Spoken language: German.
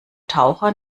taucher